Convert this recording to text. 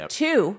two